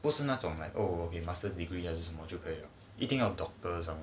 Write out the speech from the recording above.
不是那种 like oh okay master degree 就可以了一定要 doctor